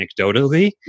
anecdotally